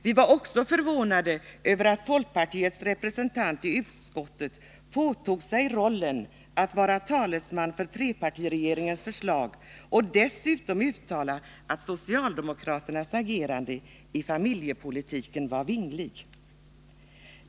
Vi var också förvånade över att folkpartiets representant i utskottet påtog sig rollen som talesman för trepartiregeringens förslag och dessutom uttalade att socialdemokraternas agerande i familjepolitiken var vingligt.